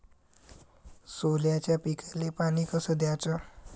सोल्याच्या पिकाले पानी कस द्याचं?